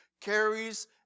carries